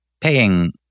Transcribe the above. paying